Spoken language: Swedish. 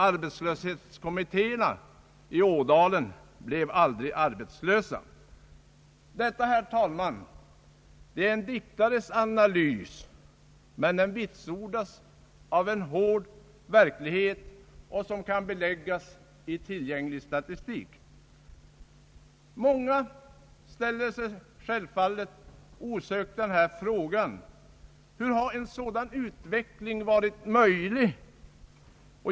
Arbetslöshetskommitté erna i Ådalen blev aldrig arbetslösa.» Detta, herr talman, är en diktares analys, men den vitsordas av en hård verklighet och kan beläggas i tillgänglig statistik. Många ställer sig självfallet osökt frågan hur en sådan utveckling har varit möjlig.